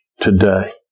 today